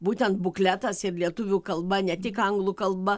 būtent bukletas ir lietuvių kalba ne tik anglų kalba